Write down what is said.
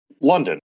London